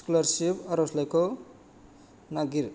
scholarship आरजलाइखौ नागिर